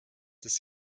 des